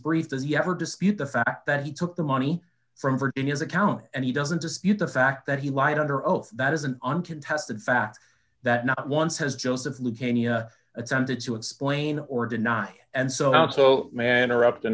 brief does he ever dispute the fact that he took the money from virginia's account and he doesn't dispute the fact that he lied under oath that is an uncontested fact that not once has joseph leucadia attempted to explain or deny and so on so manner up t